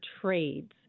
trades